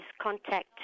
contact